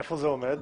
איפה זה עומד?